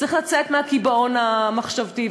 צריך לצאת מהקיבעון המחשבתי,